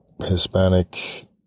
Hispanic